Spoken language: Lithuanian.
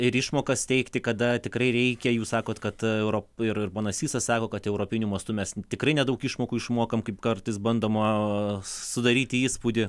ir išmokas teikti kada tikrai reikia jūs sakot kad europ ir ponas sysas sako kad europiniu mastu mes tikrai nedaug išmokų išmokam kaip kartais bandoma sudaryti įspūdį